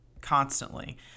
constantly